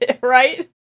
right